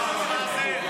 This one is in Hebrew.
--- מה זה.